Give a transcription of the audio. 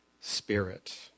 Spirit